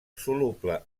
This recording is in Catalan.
soluble